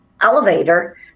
elevator